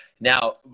Now